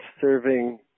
serving